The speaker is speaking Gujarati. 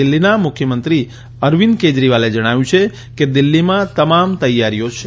દિલ્ફીના મુખ્યમંત્રી અરવીંદ કેજરીવાલે જણાવ્યું છે કે દિલ્ફીમાં તમામ તૈયારીઓ છે